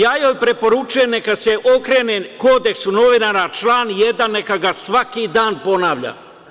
Ja joj preporučujem neka se okrene kodeksu novinara, član 1. neka ga svaki dan ponavlja.